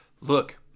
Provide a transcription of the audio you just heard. Look